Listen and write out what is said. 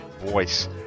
voice